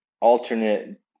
alternate